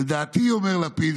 "לדעתי" אומר לפיד,